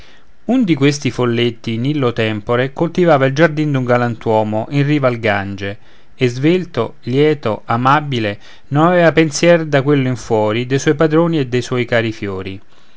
un di questi folletti in illo tempore coltivava il giardin d'un galantuomo in riva al gange e svelto lieto amabile non aveva pensier da quello in fuori de suoi padroni e dei suoi cari fiori